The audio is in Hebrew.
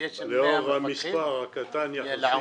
לאור המספר הקטן יחסית.